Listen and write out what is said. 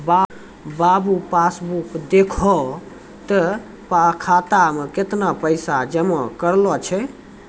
बाबू passbook देखहो तें खाता मे कैतना पैसा जमा करलो छै